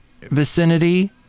vicinity